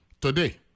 today